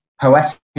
poetic